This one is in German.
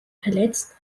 verletzt